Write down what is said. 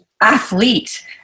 Athlete